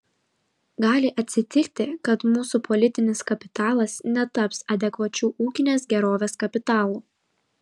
gali atsitikti kad mūsų politinis kapitalas netaps adekvačiu ūkinės gerovės kapitalu